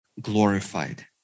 Glorified